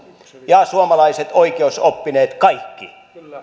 ja kaikki suomalaiset oikeusoppineet